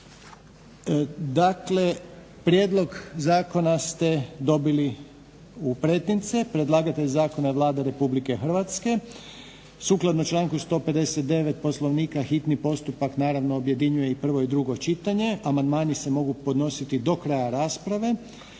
Dakle, prijedlog zakona ste dobili u pretince. Predlagatelj zakona je Vlada Republike Hrvatske. Sukladno članku 159. Poslovnika hitni postupak naravno objedinjuje i prvo i drugo čitanje. Amandmani se mogu podnositi do kraja rasprave.